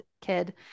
kid